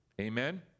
Amen